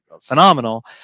phenomenal